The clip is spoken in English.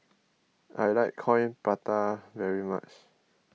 I like Coin Prata very much